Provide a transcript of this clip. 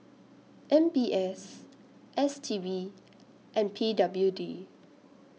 M B S S T B and P W D